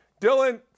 Dylan